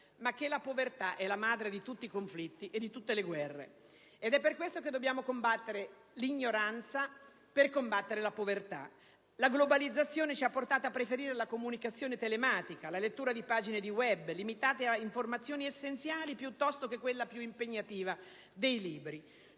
e che la povertà è la madre di tutti i conflitti e di tutte le guerre, ed è per questo che dobbiamo combattere l'ignoranza per combattere la povertà. La globalizzazione ci ha portati a preferire la comunicazione telematica, la lettura di pagine *web*, limitate ad informazioni essenziali, piuttosto che quella più impegnativa dei libri.